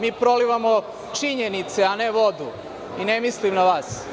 Mi prolivamo činjenice, a ne vodu i ne mislim na vas.